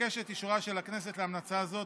אבקש את אישורה של הכנסת להמלצה זו.